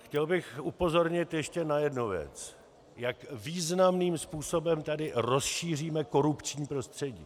Chtěl bych upozornit ještě na jednu věc, jak významným způsobem tady rozšíříme korupční prostředí.